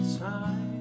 time